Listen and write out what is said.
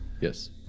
Yes